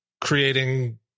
creating